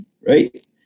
right